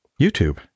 YouTube